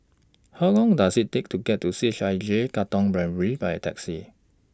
How Long Does IT Take to get to C H I J Katong Primary By Taxi